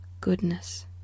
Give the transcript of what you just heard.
goodness